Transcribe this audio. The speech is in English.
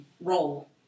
role